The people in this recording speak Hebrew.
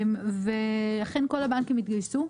ואכן כל הבנקים התגייסו.